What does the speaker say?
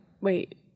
Wait